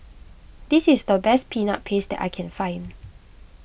this is the best Peanut Paste that I can find